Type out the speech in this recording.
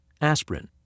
aspirin